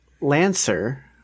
Lancer